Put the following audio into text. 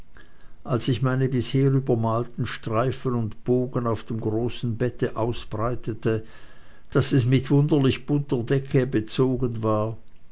als ich meine bisher übermalten streifen und bogen auf dem großen bette ausbreitete daß es mit wunderlich bunter decke bezogen war